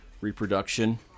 reproduction